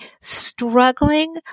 struggling